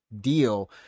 deal